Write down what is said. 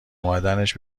اومدنش